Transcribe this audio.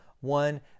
one